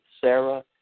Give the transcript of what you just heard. Sarah